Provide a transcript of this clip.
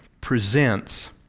presents